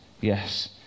Yes